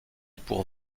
pour